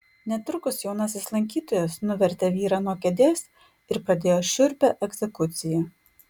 netrukus jaunasis lankytojas nuvertė vyrą nuo kėdės ir pradėjo šiurpią egzekuciją